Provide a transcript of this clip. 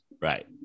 Right